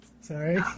Sorry